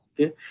okay